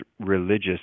religious